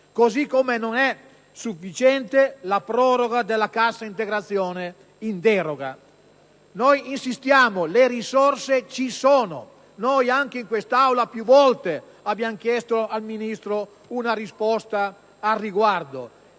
Così come non è sufficiente la proroga della cassa integrazione in deroga. Noi insistiamo, le risorse ci sono. Anche in quest'Aula abbiamo più volte chiesto al Ministro una risposta al riguardo.